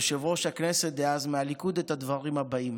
יושב-ראש הכנסת דאז מהליכוד, את הדברים הבאים: